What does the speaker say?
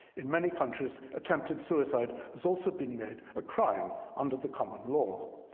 in many countries, attempted suicide has also been made a crime under the common law.